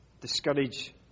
discourage